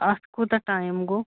اَتھ کوٗتاہ ٹایم گوٚو